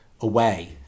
away